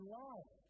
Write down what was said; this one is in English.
life